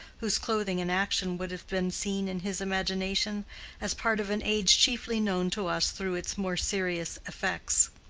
whose clothing and action would have been seen in his imagination as part of an age chiefly known to us through its more serious effects.